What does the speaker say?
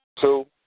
Two